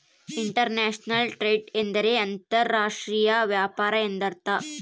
inter national trade ಎಂದರೆ ಅಂತರ್ ರಾಷ್ಟ್ರೀಯ ವ್ಯಾಪಾರ ಎಂದರ್ಥ